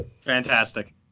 Fantastic